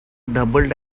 doubled